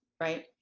right